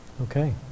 Okay